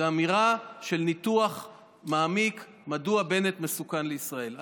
זו אמירה של ניתוח מעמיק מדוע בנט מסוכן לישראל.